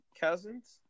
Cousins